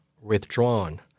withdrawn